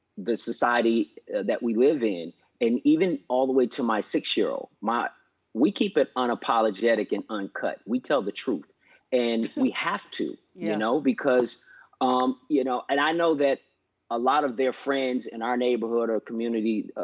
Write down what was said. the society that we live in and even all the way to my six year old, we keep it unapologetic and uncut. we tell the truth and we have to, you know because you know, and i know that a lot of their friends in our neighborhood or community,